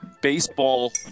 Baseball